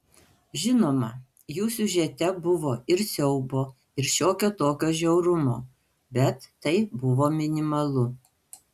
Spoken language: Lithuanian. žinoma jų siužete buvo ir siaubo ir šiokio tokio žiaurumo bet tai buvo minimalu